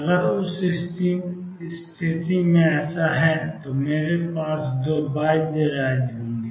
अगर उस स्थिति में ऐसा है तो मेरे पास दो बाध्य राज्य होंगे